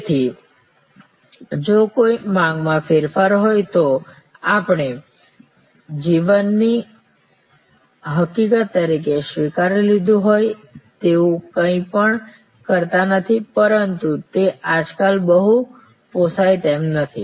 તેથી જો કોઈ માંગમાં ફેરફાર હોય તો આપણે જીવનની હકીકત તરીકે સ્વીકારી લીધું હોય તેવું કંઈ પણ કરતા નથી પરંતુ તે આજકાલ બહુ પોસાય તેમ નથી